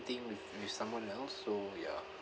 thing with with someone else so ya